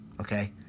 okay